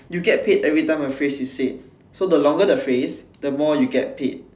you get paid every time a phrase is sad so the longer the phrase the more you get paid